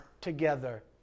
together